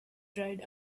dried